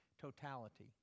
totality